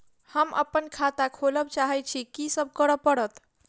हम अप्पन खाता खोलब चाहै छी की सब करऽ पड़त?